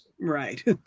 Right